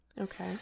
Okay